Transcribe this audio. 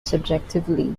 subjectively